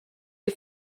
you